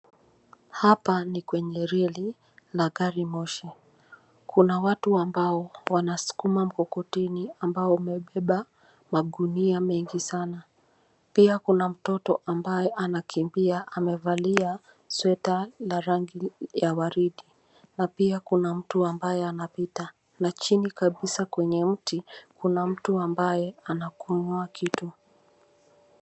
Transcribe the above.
Hapa ni kwenye reli na gari moshi, kuna watu ambao wanasukuma mkokoteni ambao umebeba magunia mengi sana. Pia kuna mtoto ambaye anakimbia amevalia sweta na rangi ya waridi na pia kuna mtu ambaye anapita. Na chini kabisa kwenye mti kuna mtu ambaye anakunywa kitu.